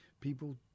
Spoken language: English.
people